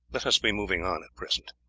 let us be moving on at present.